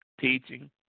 Teaching